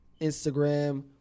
Instagram